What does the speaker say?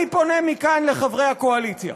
אני פונה מכאן לחברי הקואליציה: